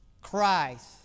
Christ